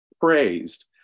praised